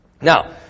Now